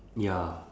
ya